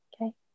Okay